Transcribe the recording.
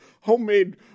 homemade